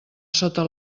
sota